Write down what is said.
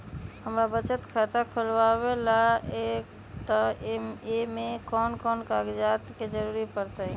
हमरा बचत खाता खुलावेला है त ए में कौन कौन कागजात के जरूरी परतई?